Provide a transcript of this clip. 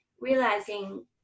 realizing